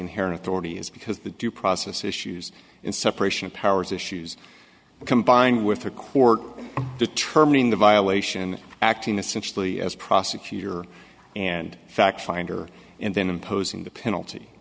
inherent authority is because the due process issues in separation of powers issues combine with a court determining the violation acting essentially as prosecutor and factfinder and then imposing the penalty